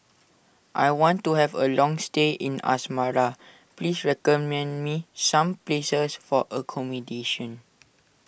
I want to have a long stay in Asmara please recommend me some places for accommodation